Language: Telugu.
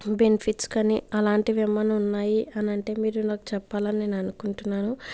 బెన్ఫిట్స్ కానీ అలాంటివి ఏమన్నా ఉన్నాయి అనంటే మీరు నాకు చెప్పాలని నేననుకుంటున్నాను